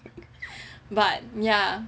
but ya